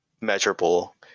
measurable